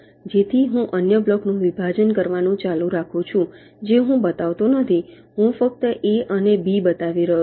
જેથી હું અન્ય બ્લોકનું વિભાજન કરવાનું ચાલુ રાખું છું જે હું બતાવતો નથી હું ફક્ત A અને B બતાવી રહ્યો છું